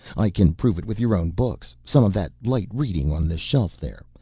i can prove it with your own books, some of that light reading on the shelf there.